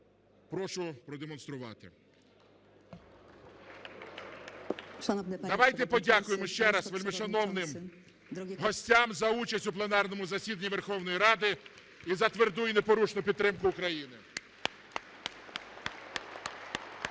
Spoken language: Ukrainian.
прошу продемонструвати. Давайте подякуємо ще раз вельмишановним гостям за участь у пленарному засіданні Верховної Ради України за тверду і непорушну підтримку України. (Оплески)